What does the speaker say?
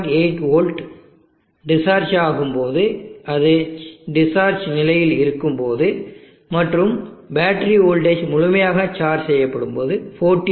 8 volt discharge ஆகும் போது அது டிஸ்சார்ஜ் நிலையில் இருக்கும்போது மற்றும் பேட்டரி வோல்டேஜ் முழுமையாக சார்ஜ் செய்யப்படும்போது 14